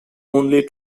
only